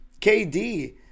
KD